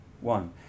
one